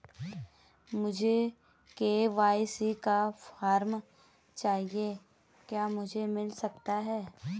मुझे के.वाई.सी का फॉर्म चाहिए क्या मुझे मिल सकता है?